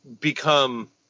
become